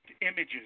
images